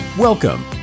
Welcome